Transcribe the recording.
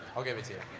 i'll give it to you.